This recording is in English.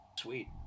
Sweet